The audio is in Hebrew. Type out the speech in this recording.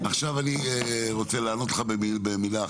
עכשיו אני רוצה לענות לך במילה אחת.